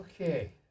Okay